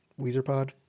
WeezerPod